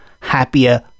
happier